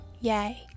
yay